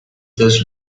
états